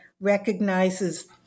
recognizes